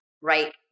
right